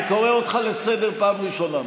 אני קורא אותך לסדר פעם ראשונה.